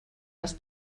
els